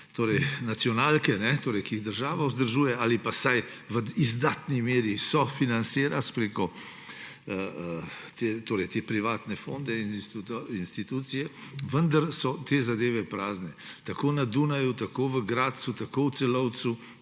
nacionalke, ki jih država vzdržuje ali pa vsaj v izdatni meri sofinancira preko torej privatne fonde, institucije, vendar so te zadeve prazne, tako na Dunaju, tako v Gradcu, tako v Celovcu,